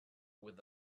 with